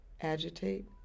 agitate